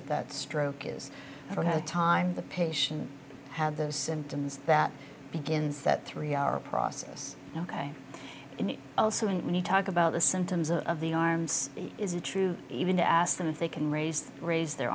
of that stroke is going to the time the patient have the symptoms that begins that three hour process ok and it also when you talk about the symptoms of the arms is a true even to ask them if they can raise raise their